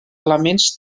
elements